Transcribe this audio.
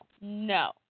no